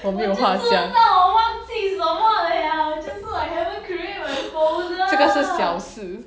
我没有话讲 这个是小事